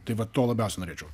tai va to labiausiai norėčiau